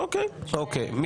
אוקיי, הינה הגיוני.